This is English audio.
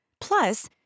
plus